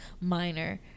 minor